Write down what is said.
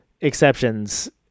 exceptions